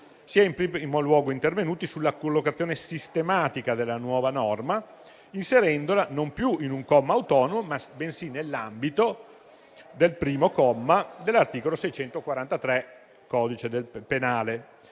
1. In primo luogo, si è intervenuti sulla collocazione sistematica della nuova norma, inserendola non più in un comma autonomo, bensì nell'ambito del primo comma dell'articolo 643 del codice penale.